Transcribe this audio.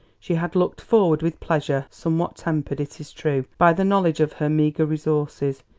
she had looked forward with pleasure somewhat tempered, it is true, by the knowledge of her meagre resources,